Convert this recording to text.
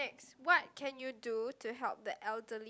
what can you do to help the elderly